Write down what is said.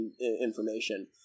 information